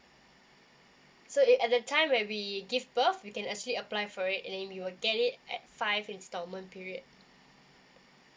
so it at the time where we give birth we can actually apply for it and then we will get it at five installment period